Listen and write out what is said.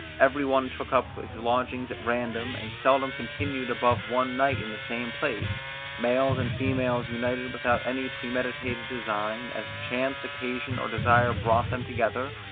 every one took up his lodging at random, and seldom continued above one night in the same place males and females united without any premeditated design, as chance, occasion, or desire brought them together,